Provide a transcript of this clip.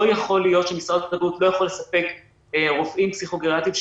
לא יכול להיות שמשרד הבריאות לא יכול לספק רופאים פסיכו-גריאטריים,